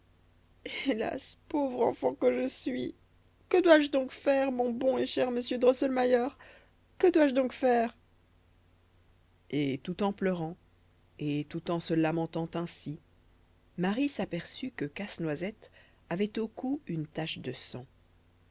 hélas pauvre enfant que je suis que dois-je donc faire mon bon et cher monsieur drosselmayer que dois-je donc faire et tout en pleurant et tout en se lamentant ainsi marie s'aperçut que casse-noisette avait au cou une tache de sang